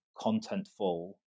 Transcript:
contentful